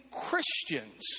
Christians